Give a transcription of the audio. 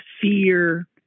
fear